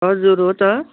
हजुर हो त